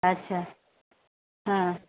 اچھا ہاں